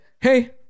hey